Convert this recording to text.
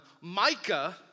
Micah